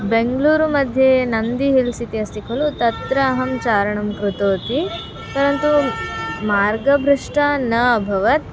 बेङ्ग्ळूरु मध्ये नन्दी हिल्स् इति अस्ति खलु तत्र अहं चारणं कृतवती परन्तू मार्गभ्रष्टा न अभवं